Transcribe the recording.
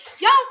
Y'all